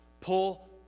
pull